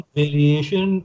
variation